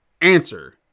answer